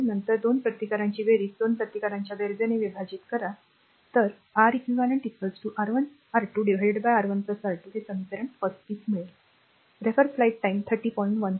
नंतर 2 प्रतिकारांची बेरीज 2 प्रतिकारांच्या बेरीजने विभाजित करा तर R eq R1 R2 R1 R2 हे समीकरण 35